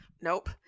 nope